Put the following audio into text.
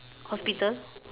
hospital